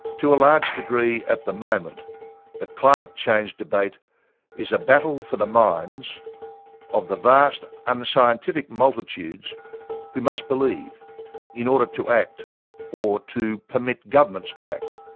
to a large degree at the moment the climate change debate is a battle for the minds of the vast unscientific multitudes who must believe in order to act or to permit governments to act.